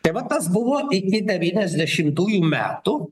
tai va tas buvo iki devyniasdešimtųjų metų